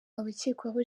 abakekwaho